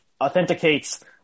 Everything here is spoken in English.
authenticates